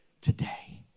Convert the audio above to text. today